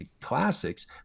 classics